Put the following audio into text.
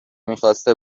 میخواسته